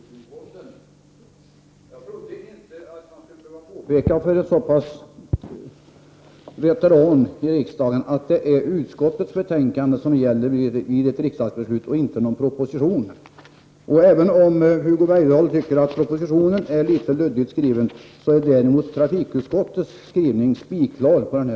Fru talman! Jag måste göra ett litet tillrättaläggande när det gäller Hugo Bergdahls resonemang. Jag trodde inte att jag skulle behöva påpeka för en veteran i riksdagen att det är utskottets betänkande som gäller vid ett riksdagsbeslut och inte någon proposition. Även om Hugo Bergdahl tycker att propositionen är litet luddigt skriven, så är trafikutskottets skrivning mycket klar.